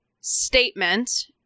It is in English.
statement